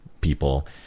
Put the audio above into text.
people